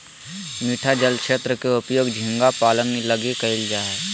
मीठा जल क्षेत्र के उपयोग झींगा पालन लगी कइल जा हइ